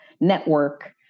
network